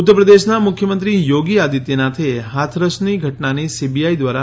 ઉત્તર પ્રદેશના મુખ્યમંત્રી યોગી આદિત્યનાથે હાથરસની ઘટનાની સીબીઆઈ દ્વારા